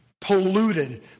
polluted